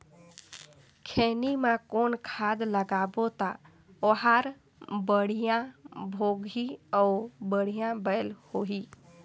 खैनी मा कौन खाद लगाबो ता ओहार बेडिया भोगही अउ बढ़िया बैल होही?